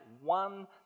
one